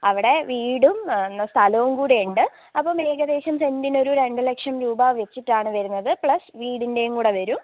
അവിടെ വീടും എന്നാ സ്ഥലവും കൂടെയുണ്ട് അപ്പം ഏകദേശം സെൻറ്റിനൊരു രണ്ട് ലക്ഷം രൂപ വെച്ചിട്ടാണ് വരുന്നത് പ്ലസ് വീടിൻന്റേം കൂടെ വരും